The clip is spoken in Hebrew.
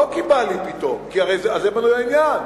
לא כי בא לי פתאום, כי הרי על זה בנוי העניין.